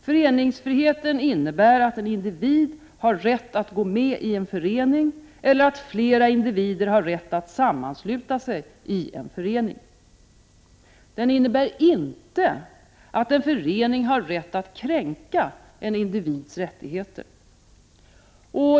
Föreningsfriheten innebär att en individ har rätt att gå med i en förening eller att flera individer har rätt att sammansluta sig i en förening. Den innebär inte att en förening har rätt att kränka en individs rättigheter.